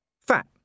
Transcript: Fat